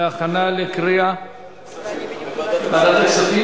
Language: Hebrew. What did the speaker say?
את הצעת חוק